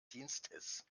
dienstes